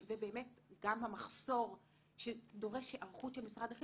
ובאמת גם המחסור שדורש היערכות של משרד,